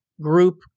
group